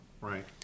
Right